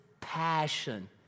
passion